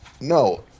no